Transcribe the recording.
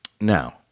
Now